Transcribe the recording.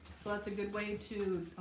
so that's a good way to